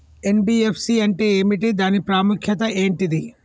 NBFC అంటే ఏమిటి దాని ప్రాముఖ్యత ఏంటిది?